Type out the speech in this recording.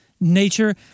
nature